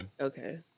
Okay